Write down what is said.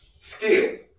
skills